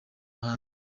hanze